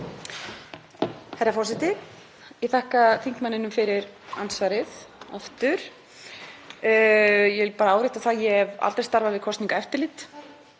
Herra forseti. Ég þakka þingmanninum fyrir andsvarið. Ég vil bara árétta það að ég hef aldrei starfað við kosningaeftirlit.